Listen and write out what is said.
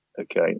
Okay